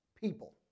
people